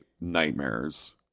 nightmares